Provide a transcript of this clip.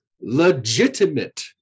legitimate